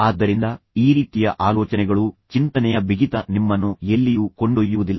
ಆದ್ದರಿಂದ ಈ ರೀತಿಯ ಆಲೋಚನೆಗಳು ಚಿಂತನೆಯ ಬಿಗಿತವು ನಿಮ್ಮನ್ನು ಎಲ್ಲಿಯೂ ಕರೆದೊಯ್ಯುವುದಿಲ್ಲ